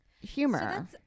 humor